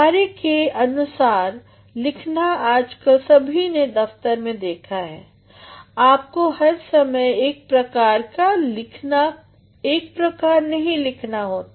कार्य के अनुसार लिखना आज कल सभी ने दफ्तर मे देखा है आपको हर समय एक प्रकार नहीं लिखना होता